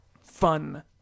fun